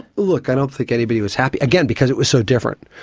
look, i don't think anybody was happy, again, because it was so different.